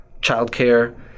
childcare